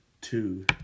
two